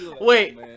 Wait